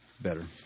better